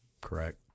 Correct